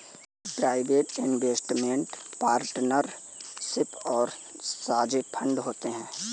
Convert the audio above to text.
private investment partnership और साझे fund होते हैं